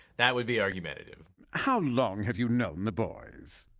that would be argumentative. how long have you known the boys?